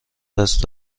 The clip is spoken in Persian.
دست